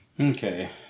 Okay